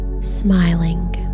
smiling